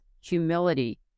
humility